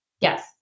Yes